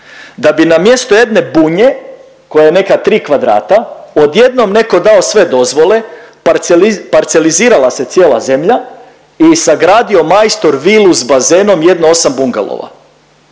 Da bi na mjesto jedne Bunje koja je neka 3 kvadrata odjednom neko dao sve dozvole, parcelizirala se cijela zemlja i sagradio majstor vilu s bazenom jedno 8 bungalova,